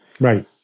Right